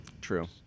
True